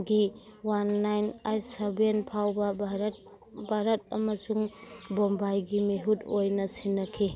ꯒꯤ one nine eight seven ꯐꯥꯎꯕ ꯚꯥꯔꯠ ꯚꯥꯔꯠ ꯑꯃꯁꯨꯡ ꯕꯣꯝꯕꯥꯏꯒꯤ ꯃꯤꯍꯨꯠ ꯑꯣꯏꯅ ꯁꯤꯟꯅꯈꯤ